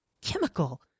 chemical